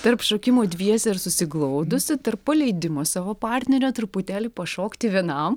tarp šokimo dviese ir susiglaudus tarp paleidimo savo partnerio truputėlį pašokti vienam